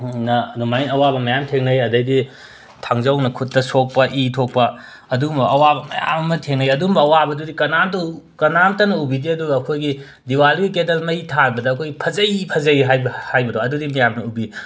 ꯎꯝꯅ ꯑꯗꯨꯃꯥꯏ ꯑꯋꯥꯕ ꯃꯌꯥꯝ ꯊꯦꯡꯅꯩ ꯑꯗꯩꯗꯤ ꯊꯥꯡꯖꯧꯅ ꯈꯨꯠꯇ ꯁꯣꯛꯄ ꯏ ꯊꯣꯛꯄ ꯑꯗꯨꯒꯨꯝꯕ ꯑꯋꯥꯕ ꯃꯌꯥꯝ ꯑꯃ ꯊꯦꯡꯅꯩ ꯑꯗꯨꯒꯨꯝꯕ ꯑꯋꯥꯕꯗꯨꯗꯤ ꯀꯅꯥꯝꯇ ꯎ ꯀꯅꯥꯝꯇꯅ ꯎꯕꯤꯗꯦ ꯑꯗꯨꯒ ꯑꯩꯈꯣꯏꯒꯤ ꯗꯤꯋꯥꯂꯤꯒꯤ ꯀꯦꯟꯗꯜ ꯃꯩ ꯊꯥꯟꯕꯗ ꯑꯩꯈꯣꯏꯒꯤ ꯐꯖꯩ ꯐꯖꯩ ꯍꯥꯏꯕ ꯍꯥꯏꯕꯗꯣ ꯑꯗꯨꯗꯤ ꯃꯌꯥꯝꯅ ꯎꯕꯤ